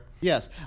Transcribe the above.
Yes